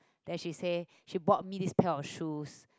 then she said she bought me this pair of shoes